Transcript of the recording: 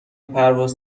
پرواز